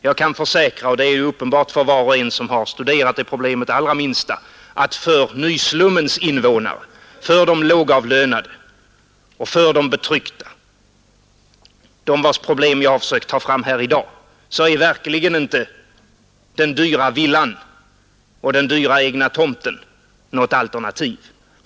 Jag kan försäkra, och det är uppenbart för var och en som studerat detta problem det allra minsta, att för nyslummens invånare, för de lågavlönade och för de betryckta, för dem vilkas problem jag har försökt dra fram här i dag är den dyra villan och den dyra egna tomten verkligen inte något alternativ.